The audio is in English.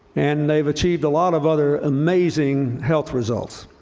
and they've achieved a lot of other amazing health results.